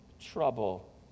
trouble